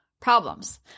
problems